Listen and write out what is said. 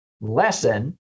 lesson